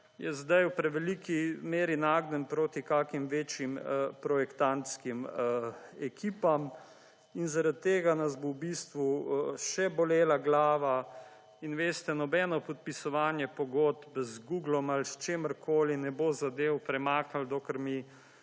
je zdaj v preveliki meri nagnjen proti kakšnim večjim projektantskim ekipam in zaradi tega nas bo v bistvu še bolela glava in veste, nobeno podpisovanje pogodb z Googlom ali s čemerkoli ne bo zadel premak ali dokler mi